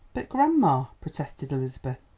but grandma, protested elizabeth,